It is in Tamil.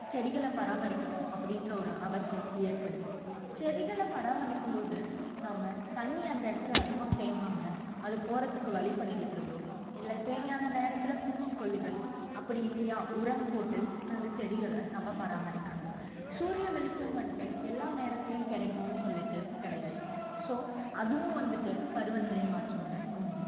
செடிகளை பராமரிக்கணும் அப்படின்ற ஒரு அவசியம் ஏற்படுது செடிகளை பராமரிக்கும் போது நாம் தண்ணி அந்த இடத்துல அதிகம் தேங்காமல் அது போகிறத்துக்கு வழி பண்ணிவிடுறதோ இல்லை தேவையான நேரத்தில் பூச்சிக்கொல்லிகள் அப்படி இல்லையா உரம் போட்டு அந்த செடிகளை நம்ம பராமரிக்கணும் சூரிய வெளிச்சம் வந்துட்டு எல்லா நேரத்துலேயும் கிடைக்கும்னு சொல்லிட்டு கிடையாது ஸோ அதுவும் வந்துட்டு பருவ நிலை மாற்றமில் ஒன்று